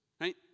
Right